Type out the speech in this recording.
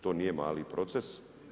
To nije mali proces.